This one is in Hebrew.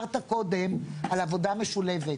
דיברת קודם על עבודה משולבת.